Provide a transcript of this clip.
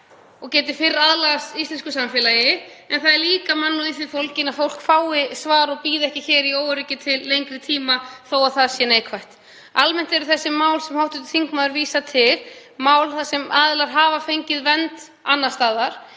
og geti fyrr aðlagast íslensku samfélagi en það er líka mannúð í því fólgin að fólk fái svar og bíði ekki í óöryggi til lengri tíma þó að svarið sé neikvætt. Almennt eru þessi mál sem hv. þingmaður vísar til mál þar sem aðilar hafa fengið vernd annars staðar.